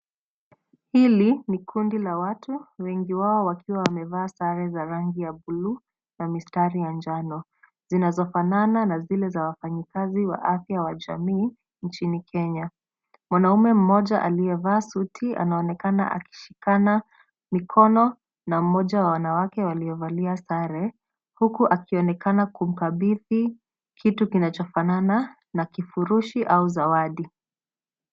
Hili ni kundi la watu wengi wao wakiwa wamevaa sare za rangi ya bluu na mistari ya njano zinazofanana na zile za wafanyakazi wa afya ya jamii nchini Kenya, mwanaume mmoja alievaa suti anaonekana akishikana mikono na mmoja wa wanawake walio valia sare huku akionekana kukabidhi kitu kinachofanana na kifurushi au zawadi.